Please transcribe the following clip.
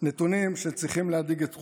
נתונים שצריכים להדאיג את כולנו: